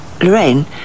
Lorraine